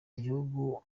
igihugu